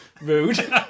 rude